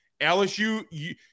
LSU –